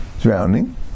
drowning